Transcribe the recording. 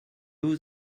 vous